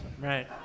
Right